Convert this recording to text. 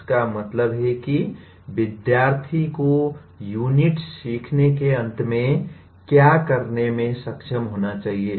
इसका मतलब है कि विद्यार्थी को यूनिट सीखने के अंत में क्या करने में सक्षम होना चाहिए